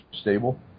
stable